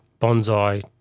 bonsai